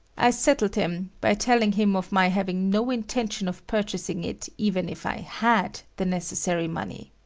i settled him by telling him of my having no intention of purchasing it even if i had the necessary money.